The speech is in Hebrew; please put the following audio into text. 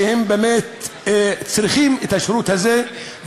שהם באמת צריכים את השירות הזה,